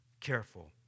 careful